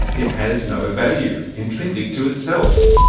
it has no value, intrinsic to itself.